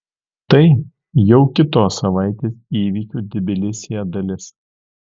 tai jau kitos savaitės įvykių tbilisyje dalis